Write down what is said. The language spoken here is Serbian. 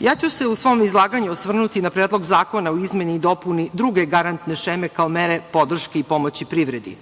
građanima.U svom izlaganju osvrnuću se na Predlog zakona o izmeni i dopuni druge garantne šeme, kao mere podrške i pomoći privredi.